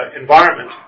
environment